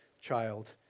child